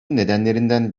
nedenlerinden